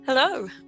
Hello